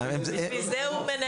בגלל זה הוא מנהל מחלקה פסיכיאטרית.